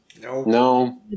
No